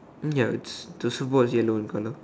ya it's the surfboard yellow in colour